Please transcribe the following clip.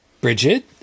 Bridget